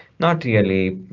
not really.